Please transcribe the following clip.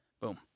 boom